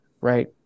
right